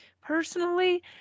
Personally